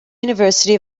university